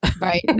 Right